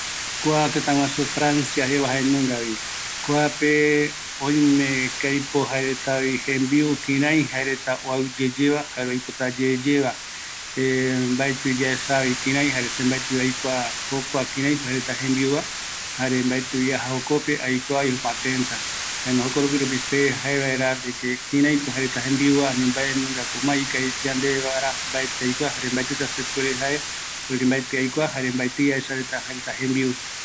﻿Kua tétaguasu Francia jeva jenungavi, kuape oimeko aipo kuaretavi jembiu, kirai jaereta oaiuyeyeva, jare oipotayeyeva mbaeti yaesavi kirai jare se mbaetivi aikua jokua kiraiko jaereta jembiuva, jare mbaetivi aja jokope aikuaavi jokua tenta, jaema jokoropi ropi se jaevaera, de que kiraiko jaereta jembiuva ani mbaenungako ma ikavi yandeve guara, mbaeti aikua, mbaetita se puere jau, porque mbae aikua, jare mbaetii aesa jaereta jembiu